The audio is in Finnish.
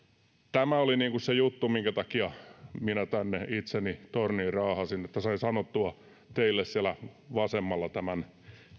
tämä oli se juttu minkä takia minä tänne itseni torniin raahasin että sain sanottua teille siellä vasemmalla tämän